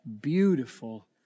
beautiful